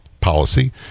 policy